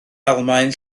almaen